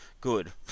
good